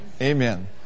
Amen